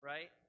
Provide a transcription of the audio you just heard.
Right